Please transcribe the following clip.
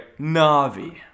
Navi